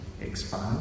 expand